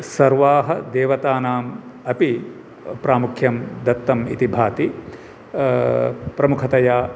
सर्वाः देवतानाम् अपि प्रामुख्यं दत्तम् इति भाति प्रमुखतया